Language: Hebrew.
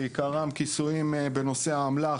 כיסויים בנושא האמל"ח,